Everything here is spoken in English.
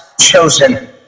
Chosen